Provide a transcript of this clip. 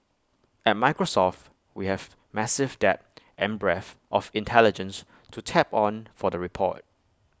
at Microsoft we have massive depth and breadth of intelligence to tap on for the report